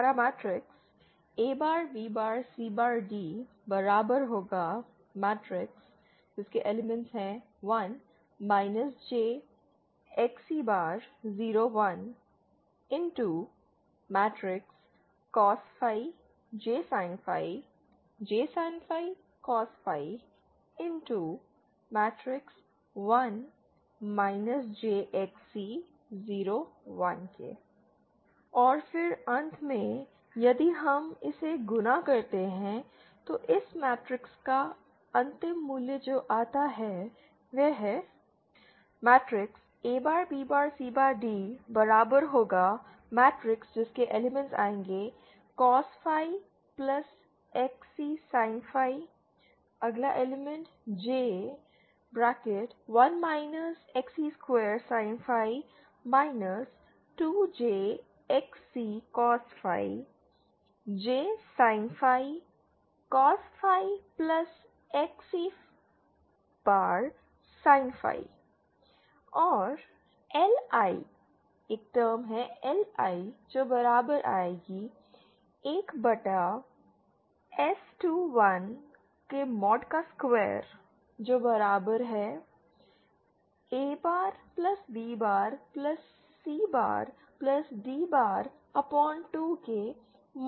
A B C D 1 jXc 0 1 cos ∅∅∅ cos ∅ 1 jXc 0 1 और फिर अंत में यदि हम इसे गुणा करते हैं तो इस मैट्रिक्स का अंतिम मूल्य जो आता है A B C D cos ∅ Xc∅ ∅ 2j Xccos ∅∅ cos ∅ Xc∅ LI1